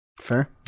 Fair